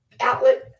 outlet